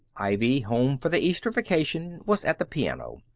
ivy, home for the easter vacation, was at the piano.